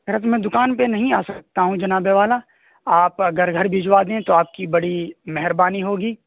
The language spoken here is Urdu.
سر اب میں دکان پہ نہیں آ سکتا ہوں جناب والا آپ اگر گھر بھجوا دیں تو آپ کی بڑی مہربانی ہوگی